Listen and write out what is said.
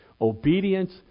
Obedience